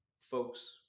folks